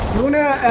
una